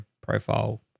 profile